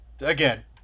again